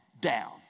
down